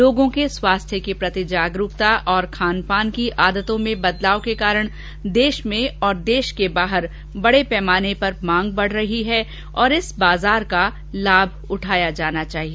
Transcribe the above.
लोगों के स्वास्थ्य के प्रति जागरूकता और खानपान की आदतों में बदलाव के कारण देश में और देश के बाहर बडे पैमाने पर मांग बढ रही है और इस बाजार का लाभ उठाया जाना चाहिए